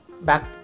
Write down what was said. back